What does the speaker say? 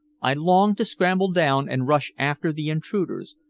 i longed to scramble down and rush after the intruders,